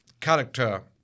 character